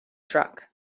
truck